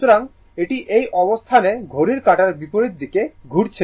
সুতরাং এটি এই অবস্থানে ঘড়ির কাঁটার বিপরীত দিকে ঘুরছে